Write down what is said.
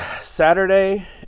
Saturday